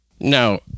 Now